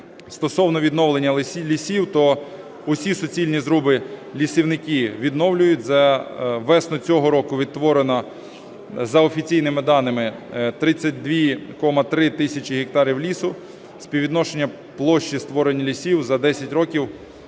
Стосовно відновлення лісів, то всі суцільні зруби лісівники відновлюють. За весну цього року відтворено, за офіційними даними, 32,3 тисячі гектарів лісу. Співвідношення площі створення лісів за 10 років